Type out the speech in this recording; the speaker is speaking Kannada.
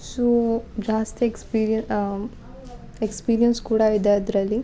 ಸೋ ಜಾಸ್ತಿ ಎಕ್ಸ್ಪೀರಿಯ ಎಕ್ಸ್ಪೀರಿಯೆನ್ಸ್ ಕೂಡ ಇದೆ ಅದರಲ್ಲಿ